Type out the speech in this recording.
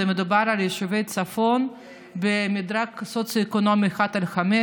מדובר על יישובי הצפון במדרג סוציו-אקונומי 1 5,